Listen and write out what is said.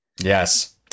Yes